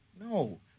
no